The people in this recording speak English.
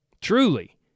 truly